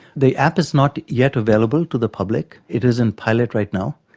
the app is not yet available to the public, it is in pilot right now.